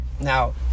Now